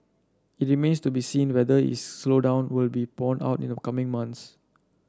it remains to be seen whether is slowdown will be borne out in the coming months